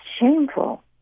shameful